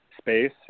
space